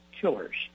killers